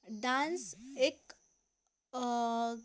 dance एक